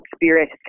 experience